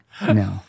No